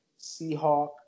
Seahawk